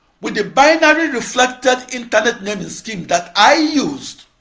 with the binary reflected internet naming scheme that i used,